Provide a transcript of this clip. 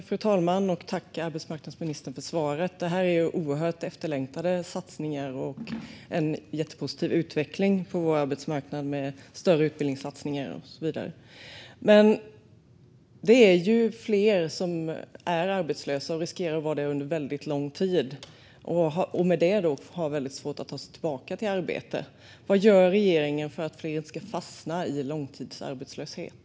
Fru talman! Tack, arbetsmarknadsministern, för svaret! Det här är ju oerhört efterlängtade satsningar och en jättepositiv utveckling på arbetsmarknaden med större utbildningssatsningar och så vidare. Men det är ju fler som är arbetslösa och riskerar att vara det under väldigt lång tid och i och med det har väldigt svårt att ta sig tillbaka till arbete. Vad gör regeringen för att fler inte ska fastna i långtidsarbetslöshet?